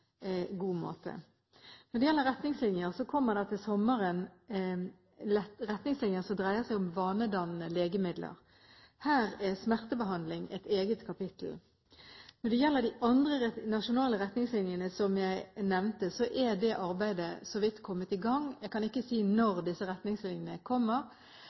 god måte. Når det gjelder retningslinjer, kommer det til sommeren retningslinjer som dreier seg om vanedannende legemidler. Her er smertebehandling et eget kapittel. Når det gjelder de andre nasjonale retningslinjene jeg nevnte, er det arbeidet så vidt kommet i gang. Jeg kan ikke si når disse retningslinjene kommer.